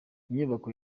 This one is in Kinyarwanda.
inyubako